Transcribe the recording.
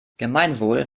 gemeinwohl